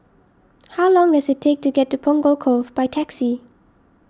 how long does it take to get to Punggol Cove by taxi